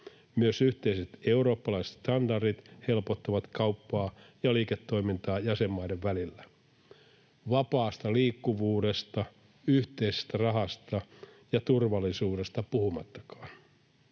Myös yhteiset eurooppalaiset standardit helpottavat kauppaa ja liiketoimintaa jäsenmaiden välillä, vapaasta liikkuvuudesta, yhteisestä rahasta ja turvallisuudesta puhumattakaan.